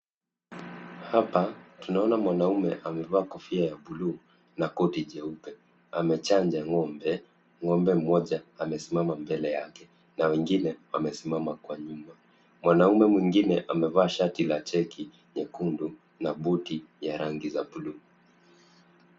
Hapa tunaona mwanaume amevaa kofia ya buluu na koti jeupe amechanja ng'ombe. Ng'ombe mmoja amesimama mbele yake na wengine wamesimama kwa nyuma. Mwanamume mwingine amevaa shati la cheki nyekundu na buti ya rangi za buluu.